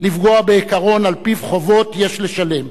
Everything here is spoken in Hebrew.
לפגוע בעיקרון שעל-פיו חובות יש לשלם.